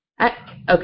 okay